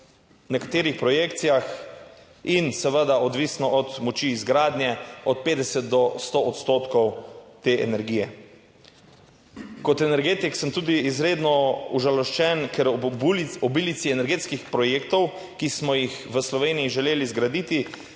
nekaterih projekcijah in seveda odvisno od moči izgradnje, od 50 do 100 odstotkov te energije. Kot energetik sem tudi izredno užaloščen, ker ob obilici energetskih projektov, ki smo jih v Sloveniji želeli zgraditi,